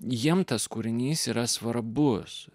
jiems tas kūrinys yra svarbus